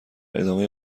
ادامه